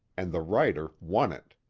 and the writer won it.